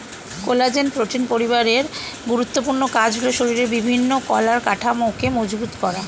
collagen protein পরিবারের গুরুত্বপূর্ণ কাজ হলো শরীরের বিভিন্ন কলার কাঠামোকে মজবুত করা